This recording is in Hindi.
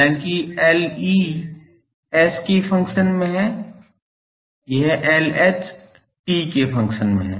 हालांकि Le s के फंक्शन में है यह Lh t के फंक्शन में है